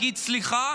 שמה, שהיא תגיד: סליחה,